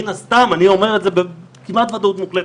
מן הסתם, אני אומר את זה כמעט בוודאות מוחלטת,